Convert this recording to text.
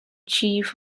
chief